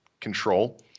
control